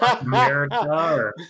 America